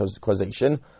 causation